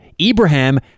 Ibrahim